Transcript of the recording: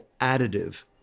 additive